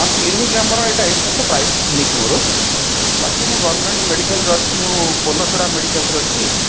ହଁ କ୍ଲିନିକ୍ ଆମର ଏଇଟା ଏଇଟା ତ ପ୍ରାଇଭେଟ୍ କ୍ଲିନିକ୍ ମୋର ବାକି ମୁଁ ଗଭର୍ଣ୍ଣମେଣ୍ଟ୍ ମେଡ଼ିକାଲରେ ଅଛି ମୁଁ ପୋଲସରା ମେଡ଼ିକାଲ୍ରେ ଅଛି